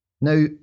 Now